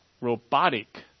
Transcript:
robotic